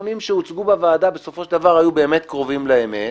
הנתונים שהוצגו בוועדה בסופו של דבר היו באמת קרובים לאמת,